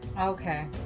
Okay